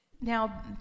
Now